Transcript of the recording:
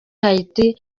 haiti